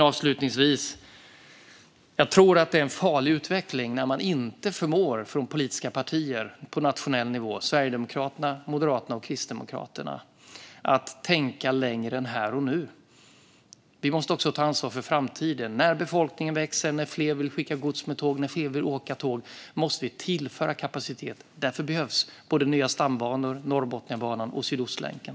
Avslutningsvis tror jag att det är en farlig utveckling när politiska partier på nationell nivå - Sverigedemokraterna, Moderaterna och Kristdemokraterna - inte förmår tänka längre än till här och nu, för vi måste också ta ansvar för framtiden. När befolkningen växer, när fler vill skicka gods med tåg och när fler vill åka tåg måste vi tillföra kapacitet. Därför behövs både nya stambanor, Norrbotniabanan och Sydostlänken.